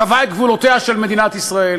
קבעה את גבולותיה של מדינת ישראל